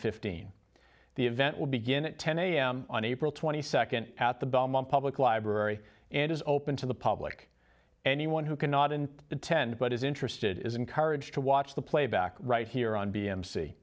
fifteen the event will begin at ten a m on april twenty second at the belmont public library and is open to the public anyone who cannot in attend but is interested is encouraged to watch the playback right here on b m c